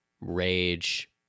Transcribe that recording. rage